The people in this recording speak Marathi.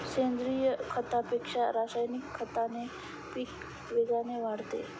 सेंद्रीय खतापेक्षा रासायनिक खताने पीक वेगाने वाढते